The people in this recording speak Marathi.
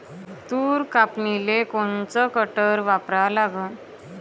तूर कापनीले कोनचं कटर वापरा लागन?